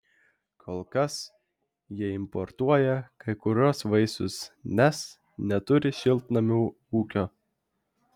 kol kas jie importuoja kai kuriuos vaisius nes neturi šiltnamių ūkio